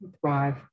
thrive